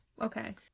Okay